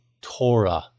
Torah